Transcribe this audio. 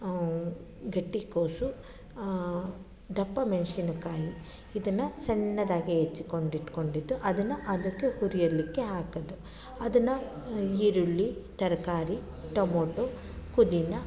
ಗಟ್ಟಿ ಕೋಸು ದಪ್ಪ ಮೆಣಸಿನಕಾಯಿ ಇದನ್ನು ಸಣ್ಣದಾಗೆ ಹೆಚ್ಕೊಂಡು ಇಟ್ಕೊಂಡಿದ್ದು ಅದನ್ನು ಅದಕ್ಕೆ ಹುರಿಯಲಿಕ್ಕೆ ಹಾಕೋದು ಅದನ್ನು ಈರುಳ್ಳಿ ತರಕಾರಿ ಟೊಮೋಟೊ ಪುದೀನ